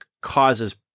causes